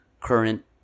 current